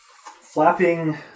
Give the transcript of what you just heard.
Flapping